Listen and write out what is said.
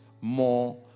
more